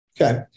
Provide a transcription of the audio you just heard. Okay